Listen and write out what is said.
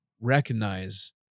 recognize